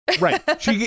Right